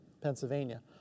Pennsylvania